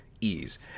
Ease